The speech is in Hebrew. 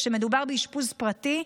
כשמדובר באשפוז פרטי,